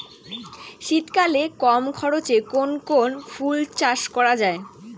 শীতকালে কম খরচে কোন কোন ফুল চাষ করা য়ায়?